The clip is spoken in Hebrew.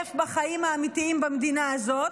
להשתתף בחיים האמיתיים במדינה הזאת,